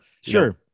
sure